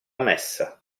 messa